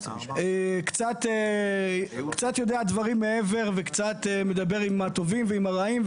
קצת יודע דברים מעבר וקצת מדבר עם הטובים ועם הרעים,